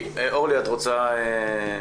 אורלי, את רוצה ל-?